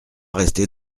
rester